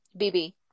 BB